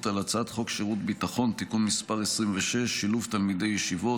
על הצעת חוק שירות ביטחון (תיקון מס' 26) (שילוב תלמידי ישיבות),